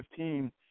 2015